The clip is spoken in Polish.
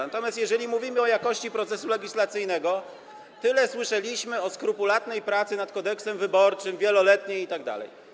Natomiast jeżeli mówimy o jakości procesu legislacyjnego, tyle słyszeliśmy o skrupulatnej pracy nad Kodeksem wyborczym, wieloletniej itd.